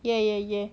yeah yeah yeah